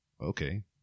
okay